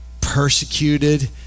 persecuted